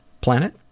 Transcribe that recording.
planet